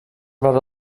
about